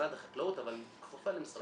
אבל כפופה למשרד החקלאות.